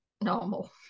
normal